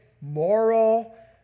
moral